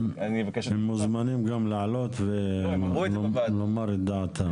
הם מוזמנים גם לעלות ולומר את דעתם.